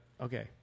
okay